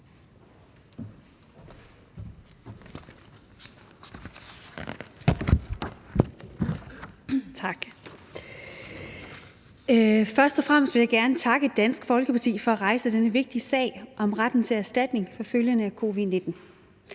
Tak. Først og fremmest vil jeg gerne takke Dansk Folkeparti for at rejse denne vigtige sag om retten til erstatning for følgerne af covid-19.